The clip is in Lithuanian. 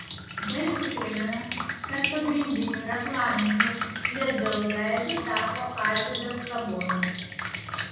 delfi primena kad pagrindiniu reklaminiu lidl veidu tapo arvydas sabonis